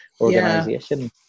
Organization